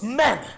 men